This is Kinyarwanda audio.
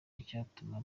icyatuma